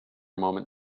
moment